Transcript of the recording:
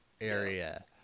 area